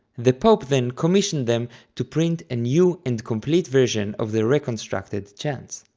the pope then commissioned them to print a new and complete version of the reconstructed chants.